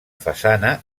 façana